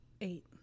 eight